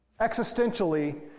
Existentially